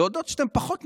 להודות שאתם פחות מסוגלים,